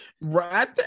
Right